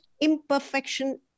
imperfection